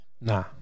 Nah